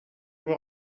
vous